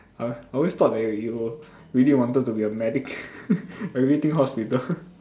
!huh! I always thought that you really wanted to be a medic everything hospital